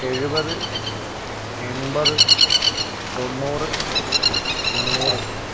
എഴുപത് എൺപത് തൊണ്ണൂറ് നൂറ്